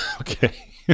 Okay